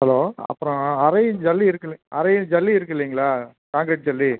hello அப்புறம் அரை inch ஜல்லி இருக்குலிங்க அரை இன்ச் ஜல்லி இருக்குதுல்லிங்களா கான்கிரீட் ஜல்லி